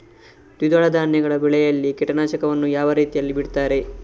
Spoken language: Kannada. ದ್ವಿದಳ ಧಾನ್ಯಗಳ ಬೆಳೆಯಲ್ಲಿ ಕೀಟನಾಶಕವನ್ನು ಯಾವ ರೀತಿಯಲ್ಲಿ ಬಿಡ್ತಾರೆ?